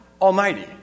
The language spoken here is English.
Almighty